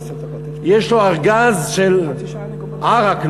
יש לו ארגז של עראק,